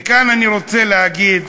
וכאן אני רוצה להגיד